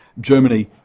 Germany